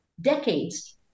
decades